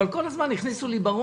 אבל כל הזמן הכניסו לי בראש